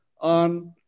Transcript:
on